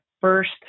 first